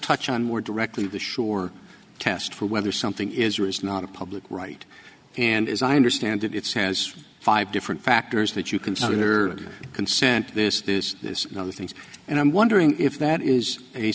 touch on were directly the sure test for whether something is or is not a public right and as i understand it it's has five different factors that you consider consent this is this and other things and i'm wondering if that is a